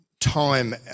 time